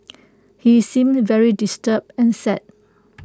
he seemed very disturbed and sad